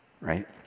Right